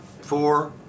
four